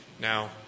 Now